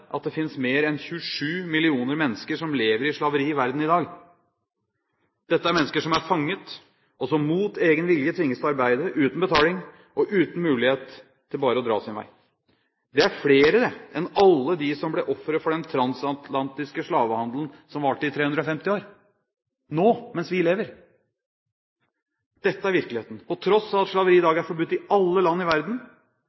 at det finnes mer enn 27 millioner mennesker som lever i slaveri i verden i dag. Dette er mennesker som er fanget, og som mot egen vilje tvinges til å arbeide – uten betaling og uten mulighet til bare å dra sin vei. Dette er – nå, mens vi lever – flere enn alle dem som ble ofre for den transatlantiske slavehandelen, som varte i 350 år. Dette er virkeligheten, på tross av at slaveri i dag